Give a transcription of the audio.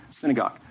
synagogue